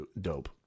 dope